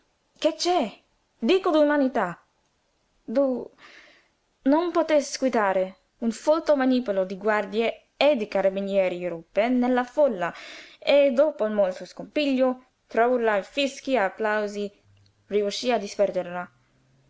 che c'è dico d'umanità d'u non poté seguitare un folto manipolo di guardie e di carabinieri irruppe nella folla e dopo molto scompiglio tra urla e fischi e applausi riuscí a disperderla